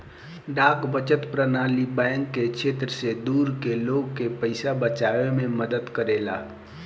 डाक बचत प्रणाली बैंक के क्षेत्र से दूर के लोग के पइसा बचावे में मदद करेला